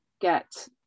get